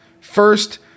First